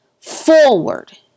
forward